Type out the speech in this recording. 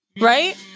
Right